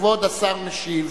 כבוד השר משיב.